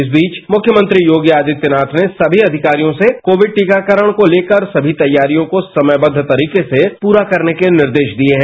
इस बीच मुख्यमंत्री योगी आदित्यनाथ ने समी अधिकारियों से कोविड टीकाकरण को लेकर समी तैयारियों को समयबद्व तरीके से पूरा करने के निर्देश दिए हैं